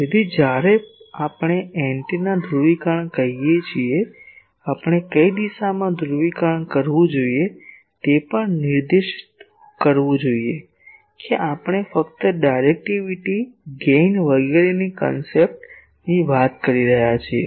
તેથી જ્યારે આપણે એન્ટેનાનું ધ્રુવીકરણ કહીએ છીએ આપણે કઈ દિશામાં ધ્રુવીકરણ કરવું જોઈએ તે પણ નિર્દિષ્ટ કરવું જોઈએ કે આપણે ફક્ત ડાયરેક્ટિવિટી ગેઇન વગેરેની કોન્સેપ્ટની વાત કરી રહ્યા છીએ